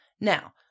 Now